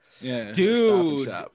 dude